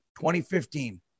2015